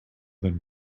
than